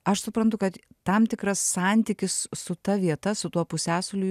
aš suprantu kad tam tikras santykis su ta vieta su tuo pusiąsaliu